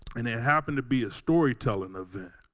and it happened to be a storytelling event.